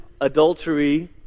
adultery